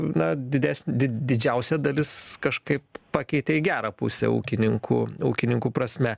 na didesnė didžiausia dalis kažkaip pakeitė į gerą pusę ūkininkų ūkininkų prasme